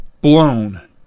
blown